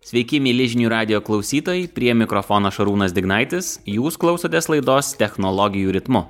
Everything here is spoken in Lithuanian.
sveiki mieli žinių radijo klausytojai prie mikrofono šarūnas dignaitis jūs klausotės laidos technologijų ritmu